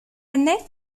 nef